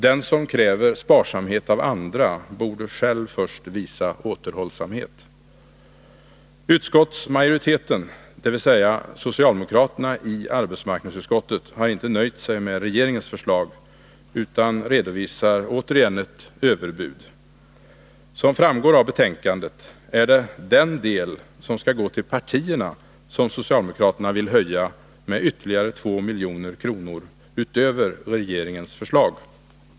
Den, som kräver sparsamhet av andra, borde själv först visa återhållsamhet. Utskottsmajoriteten — dvs. socialdemokraterna i arbetsmarknadsutskottet — har inte nöjt sig med regeringens förslag utan redovisar återigen ett överbud. Som framgår av betänkandet är det den del som skall gå till partierna som socialdemokraterna vill höja med ytterligare 2 milj.kr. utöver regeringens förslag.